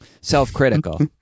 self-critical